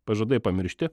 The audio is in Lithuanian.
pažadai pamiršti